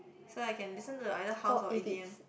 so I can listen to the either house or e_d_m